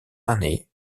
années